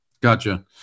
Gotcha